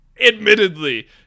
Admittedly